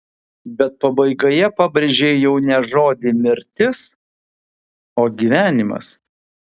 bet pabaigoje pabrėžei jau ne žodį mirtis o gyvenimas